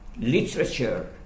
Literature